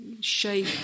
shape